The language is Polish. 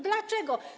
Dlaczego?